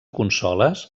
consoles